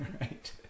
right